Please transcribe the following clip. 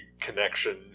Connection